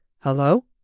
Hello